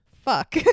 fuck